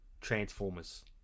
Transformers